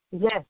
Yes